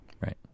Right